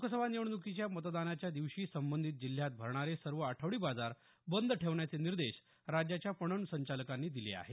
लोकसभा निवडणुकीच्या मतदानाच्या दिवशी संबंधित जिल्ह्यात भरणारे सर्व आठवडी बाजार बंद ठेवण्याचे निर्देश राज्याच्या पणन संचालकांनी दिले आहेत